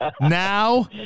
Now